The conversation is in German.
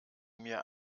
mir